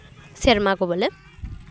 ᱥᱮᱨᱢᱟ ᱠᱚ ᱵᱚᱞᱮ